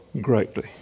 greatly